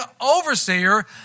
overseer